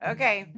Okay